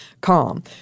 calm